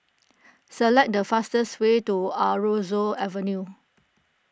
select the fastest way to Aroozoo Avenue